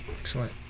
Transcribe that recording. excellent